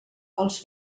els